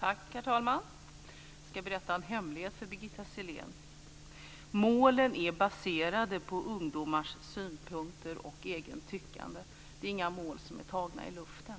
Herr talman! Jag ska berätta en hemlighet för Birgitta Sellén. Målen är baserade på ungdomars synpunkter och egna tyckande. Det är inga mål som är tagna i luften.